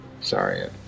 Sorry